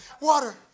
water